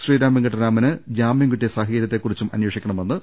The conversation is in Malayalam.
ശ്രീറാം വെങ്കിട്ടരാമന് ജാമ്യം കിട്ടിയ സാഹച ര്യത്തെക്കുറിച്ചും അന്വേഷിക്കണമെന്ന് കെ